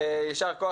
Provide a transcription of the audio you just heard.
ישר כוח,